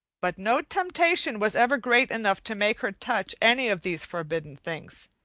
but no temptation was ever great enough to make her touch any of these forbidden things.